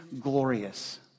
glorious